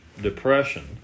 depression